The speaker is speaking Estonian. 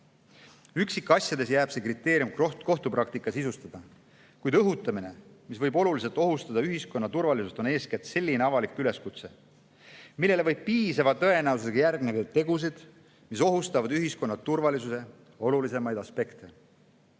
Üksikasjades jääb see kriteerium kohtupraktika sisustada, kuid õhutamine, mis võib oluliselt ohustada ühiskonna turvalisust, on eeskätt selline avalik üleskutse, millele võib piisava tõenäosusega järgneda tegusid, mis ohustavad ühiskonna turvalisuse olulisemaid aspekte.